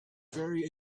very